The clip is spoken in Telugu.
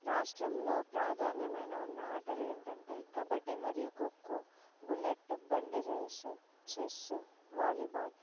రాష్ట్రంలో ప్రాధాన్యమైన ఉన్న ఆటలు ఏంటంటే కబడ్డీ మరియు ఖోఖో బుల్లెట్ బండి రేస్ చెస్ వాలీబాల్